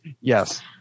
Yes